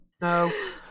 no